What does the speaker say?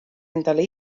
endale